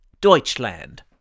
Deutschland